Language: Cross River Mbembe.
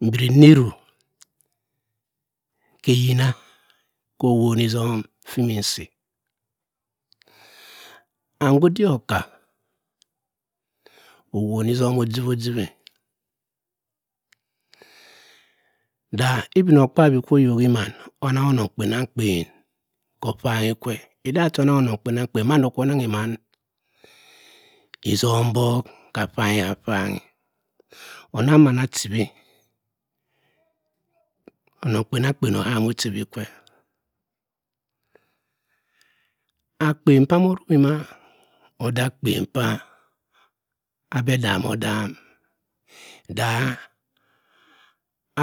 Mbiri nne iru ke eyina, ka owoni zom ffi nmi nsi and ka odik okk'a owoni zom ojib-ojib-e, da ibinokpabi kwa oyokki manan onangi onong kpenamkpen kor opangi kwe. eden da cha onangionong kpenamkpen mando kwa onangi maan izom mbok ka apangi ka apamgi onangi maan achibi onong kpenamkpen oham ochibi kwe akpen pa amo rukki ma ode akpen paa' abhe adaam odam da